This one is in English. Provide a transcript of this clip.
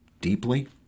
deeply